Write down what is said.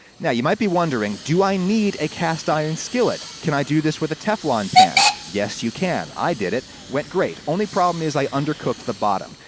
now, you might be wondering, do i need a cast-iron skillet? can i do this with a teflon pan? yes, you can. i did it. went great, only problem is i undercooked the bottom.